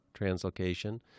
translocation